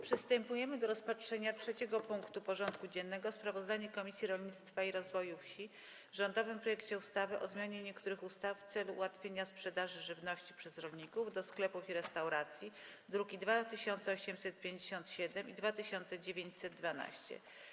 Przystępujemy do rozpatrzenia punktu 3. porządku dziennego: Sprawozdanie Komisji Rolnictwa i Rozwoju Wsi o rządowym projekcie ustawy o zmianie niektórych ustaw w celu ułatwienia sprzedaży żywności przez rolników do sklepów i restauracji (druki nr 2857 i 2912)